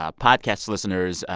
ah podcast listeners,